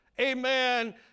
amen